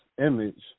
image